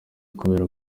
kubera